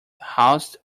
housed